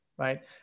Right